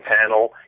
panel